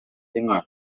inka